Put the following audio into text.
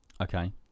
Okay